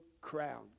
crown